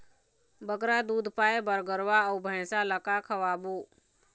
बगरा दूध पाए बर गरवा अऊ भैंसा ला का खवाबो?